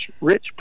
rich